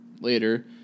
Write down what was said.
later